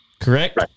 correct